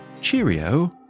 Cheerio